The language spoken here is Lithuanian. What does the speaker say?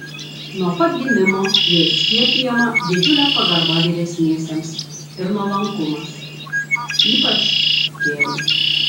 nuo pat gimimo jai skiepijama didžiulė pagarba vyresniesiems ir nuolankumas ypač tėvui